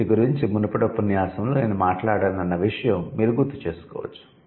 వీటి గురించి మునుపటి ఉపన్యాసంలో నేను మాట్లాడానన్న విషయం మీరు గుర్తు చేసుకోవచ్చు